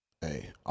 Hey